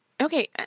Okay